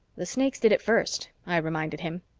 the snakes did it first, i reminded him.